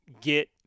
get